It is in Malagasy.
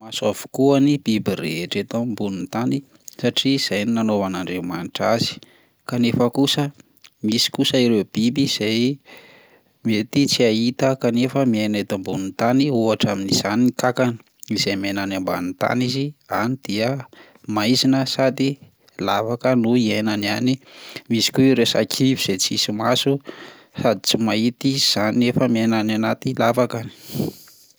Maso avokoa ny biby rehetra eto ambonin'ny tany satria izay no nanaovan'Andriamanitra azy, kanefa kosa misy kosa ireo biby izay mety tsy hahita kanefa miaina eto ambonin'ny tany, ohatra amin'izany ny kankana izay miaina any ambany tany izy, any dia maizina sady lavaka no iainany any; misy koa ireo sakivy izay tsisy maso sady tsy mahita izy zany nefa miaina any anaty lavakany.